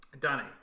Danny